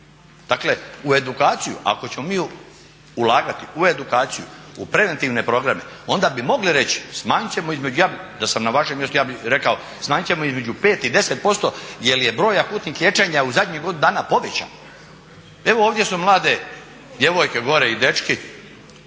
Dakle, u edukaciju ako ćemo mi ulagati u edukaciju, u preventivne programe onda bi mogli reći smanjit ćemo između ja da sam na vašem mjestu ja bih rekao smanjit ćemo između 5 i 10% jer je broj akutnih liječenja u zadnjih godinu dana povećan. Evo ovdje su mlade djevojke gore i dečki,